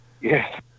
Yes